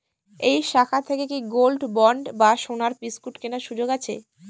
এই শাখা থেকে কি গোল্ডবন্ড বা সোনার বিসকুট কেনার সুযোগ আছে?